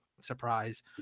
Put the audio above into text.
surprise